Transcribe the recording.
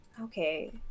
Okay